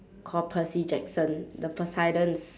called percy jackson the poseidon's